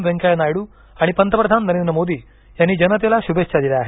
व्यंकय्या नायडू आणि पंतप्रधान नरेंद्र मोदी यांनी जनतेला शुभेच्छा दिल्या आहेत